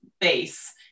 base